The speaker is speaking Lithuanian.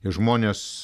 ir žmonės